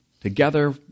together